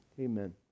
Amen